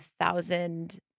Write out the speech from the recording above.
thousand